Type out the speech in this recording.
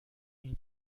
این